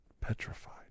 petrified